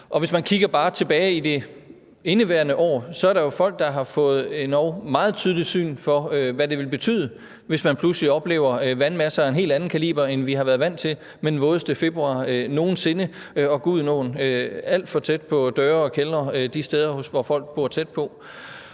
Og hvis man kigger bare tilbage i det indeværende år, er der jo folk, der har fået endog meget tydeligt syn for, hvad det vil betyde, hvis man pludselig oplever vandmasser af en helt anden kaliber, end vi har været vant til, med den vådeste februar nogensinde og Gudenåen alt for tæt på døre og kældre de steder, hvor folk bor tæt på.